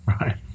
right